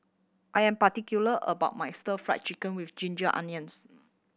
I am particular about my Stir Fry Chicken with ginger onions